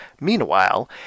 Meanwhile